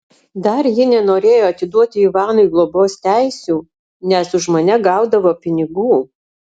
dar ji nenorėjo atiduoti ivanui globos teisių nes už mane gaudavo pinigų